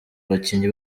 abakinnyi